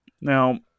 Now